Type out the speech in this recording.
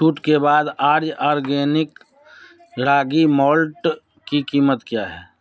छूट के बाद आर्य आर्गेनिक रागी मोल्ट की कीमत क्या है